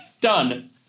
done